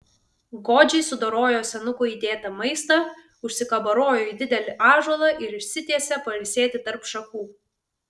godžiai sudorojo senuko įdėtą maistą užsikabarojo į didelį ąžuolą ir išsitiesė pailsėti tarp šakų